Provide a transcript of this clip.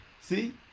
See